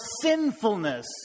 sinfulness